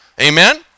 amen